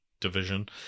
division